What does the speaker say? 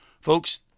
Folks